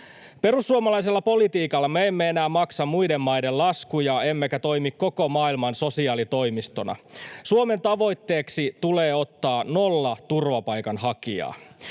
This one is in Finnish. Perussuomalaisella politiikalla me emme enää maksa muiden maiden laskuja emmekä toimi koko maailman sosiaalitoimistona. Suomen tavoitteeksi tulee ottaa nolla turvapaikanhakijaa.